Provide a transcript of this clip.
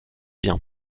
bien